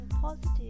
positive